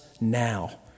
now